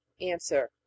Answer